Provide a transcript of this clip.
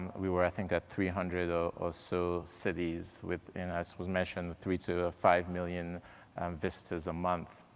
we were i think at three hundred or or so cities with, and as was mentioned, three to ah five million visitors a month.